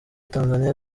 tanzania